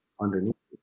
underneath